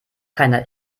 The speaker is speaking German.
keiner